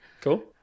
cool